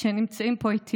אלה שנמצאים פה איתי